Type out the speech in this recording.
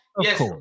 Yes